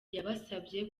yabasabye